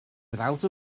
without